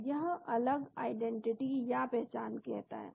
तो यह अलग आईडेंटिटी या पहचान कहता है